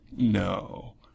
No